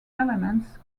elements